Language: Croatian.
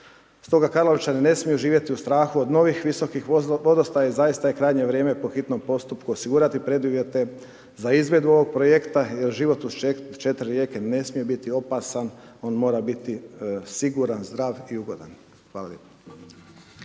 Stoga Karlovčani ne smiju živjeti u strahu od novih visokih vodostaja i zaista je krajnje vrijeme po hitnom postupku osigurati preduvjete za izvedbu ovog projekta, jer život uz 4 rijeke ne smije biti opasan, on mora biti siguran, zdrav i ugodan. Hvala